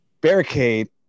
barricade